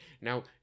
now